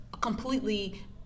completely